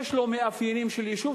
יש לו מאפיינים של יישוב,